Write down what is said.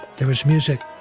there was music,